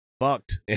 fucked